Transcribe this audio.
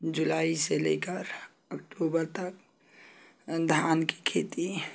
जुलाई से ले कर अक्टूबर तक धान की खेती